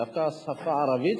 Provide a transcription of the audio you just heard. דווקא השפה הערבית,